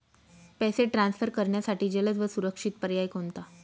पैसे ट्रान्सफर करण्यासाठी जलद व सुरक्षित पर्याय कोणता?